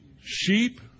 sheep